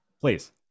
Please